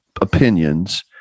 opinions